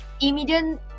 immediate